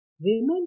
women